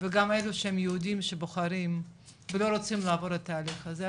וגם אלה שהם יהודים שבוחרים ולא רוצים לעבור את ההליך הזה,